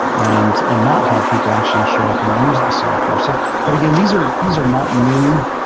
and and not have people actually show up and use the software. so but, again, these are these are not new.